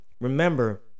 Remember